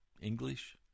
English